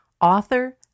author